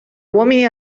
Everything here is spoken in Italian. uomini